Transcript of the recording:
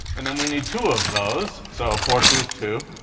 and then we need two of those, so four choose two.